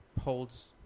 holds